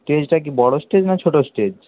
স্টেজটা কি বড়ো স্টেজ না ছোটো স্টেজ